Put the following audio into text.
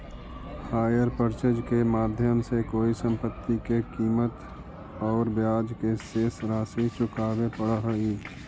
hire purchase के माध्यम से कोई संपत्ति के कीमत औउर ब्याज के शेष राशि चुकावे पड़ऽ हई